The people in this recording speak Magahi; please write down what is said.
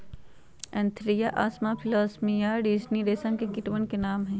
एन्थीरिया असामा फिलोसामिया रिसिनी रेशम के कीटवन के नाम हई